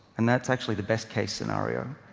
and that's actually the best case scenario.